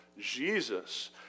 Jesus